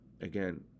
again